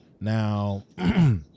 now